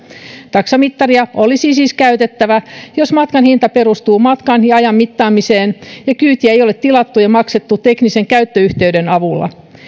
taksamittaria olisi siis käytettävä jos matkan hinta perustuu matkan ja ajan mittaamiseen ja kyytiä ei ole tilattu ja maksettu teknisen käyttöyhteyden avulla